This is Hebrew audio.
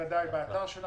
פחות